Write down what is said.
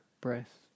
breath